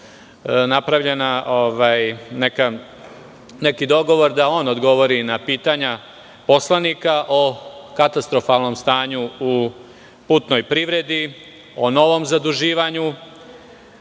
napravljen neki dogovor da on odgovori na pitanja poslanika o katastrofalnom stanju u putnoj privredi, o novom zaduživanju